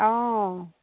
অঁ